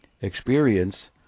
experience